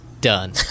Done